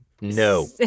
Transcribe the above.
No